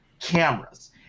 cameras